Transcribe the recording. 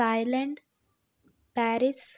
Thailand Paris